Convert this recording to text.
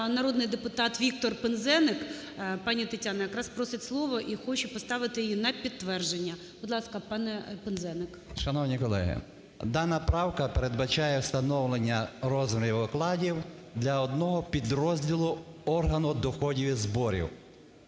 народний депутат Віктор Пинзеник, пані Тетяна, якраз просить слово і хоче поставити її на підтвердження. Будь ласка, пане Пинзеник. 13:11:46 ПИНЗЕНИК В.М. Шановні колеги, дана правка передбачає встановлення розміру окладів для одного підрозділу органу доходів і зборів.